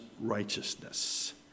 righteousness